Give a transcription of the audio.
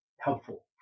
helpful